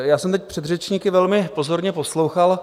Já jsem teď předřečníky velmi pozorně poslouchal.